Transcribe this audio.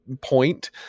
point